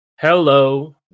Hello